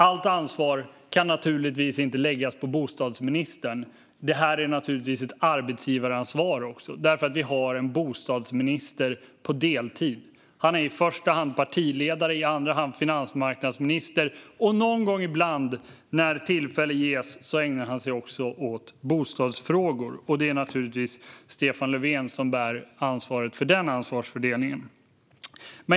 Allt ansvar kan naturligtvis inte läggas på bostadsministern. Detta är förstås ett arbetsgivaransvar, för vi har en bostadsminister på deltid. Han är i första hand partiledare, i andra hand finansmarknadsminister och någon gång ibland, när tillfälle ges, ägnar han sig också åt bostadsfrågor. Det är naturligtvis Stefan Löfven som bär ansvaret för denna ansvarsfördelning.